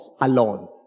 alone